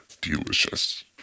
Delicious